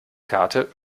karte